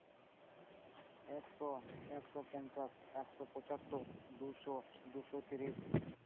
ᱮᱠᱥᱚ ᱮᱠᱥᱳ ᱯᱚᱧᱪᱟᱥ ᱮᱠᱥᱳ ᱯᱚᱪᱟᱛᱛᱚᱨ ᱫᱩᱥᱳ ᱫᱩ ᱥᱳ ᱛᱤᱨᱤᱥ